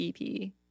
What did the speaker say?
EP